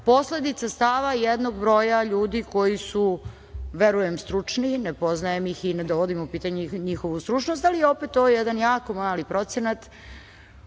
posledica stava jednog broja ljudi koji su verujem stručni, ne poznajem ih i ne dovodim u pitanje njihovu stručnost, ali opet ovo je jedan jako mali procenat